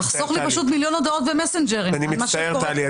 תחסוך לי פשוט מיליון הודעות ומסנג'רים על מה שקורה פה.